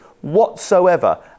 whatsoever